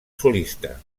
solista